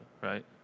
right